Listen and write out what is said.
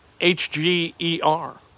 H-G-E-R